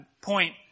point